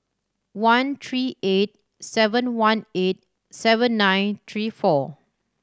one three eight seven one eight seven nine three four